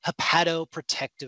hepatoprotective